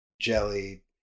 jelly